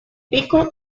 pico